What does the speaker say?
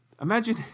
Imagine